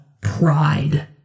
pride